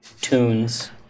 tunes